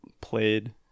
played